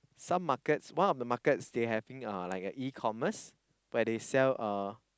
some markets one of the markets they having uh like uh E-commerce where they sell uh